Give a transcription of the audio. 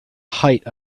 height